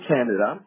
Canada